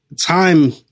time